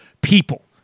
people